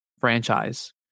franchise